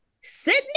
Sydney